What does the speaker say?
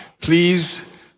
Please